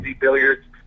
Billiards